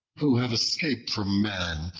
who have escaped from man,